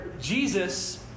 Jesus